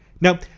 Now